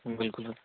بِلکُل حَظ